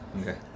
okay